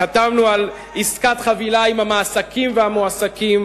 חתמנו על עסקת חבילה עם המעסיקים והמועסקים.